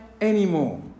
anymore